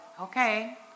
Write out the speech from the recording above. okay